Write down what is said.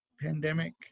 pandemic